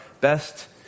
best